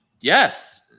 Yes